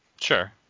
Sure